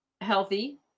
healthy